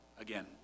again